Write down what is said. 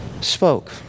spoke